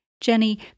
Jenny